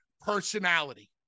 personality